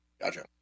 Gotcha